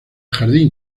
jardín